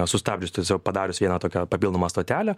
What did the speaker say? sustabdžius tiesiog padarius vieną tokią papildomą stotelę